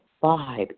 Five